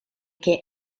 che